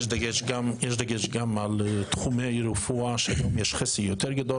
יש דגש גם על תחומי רפואה שבהם יש חסר גדול יותר היום,